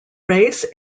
race